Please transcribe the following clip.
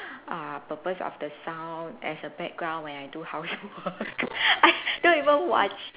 uh purpose of the sound as a background when I do housework I don't even watch